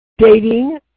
dating